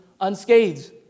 unscathed